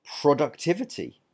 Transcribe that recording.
Productivity